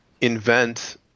invent